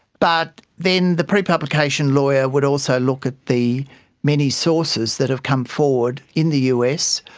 but then the prepublication lawyer would also look at the many sources that have come forward in the us,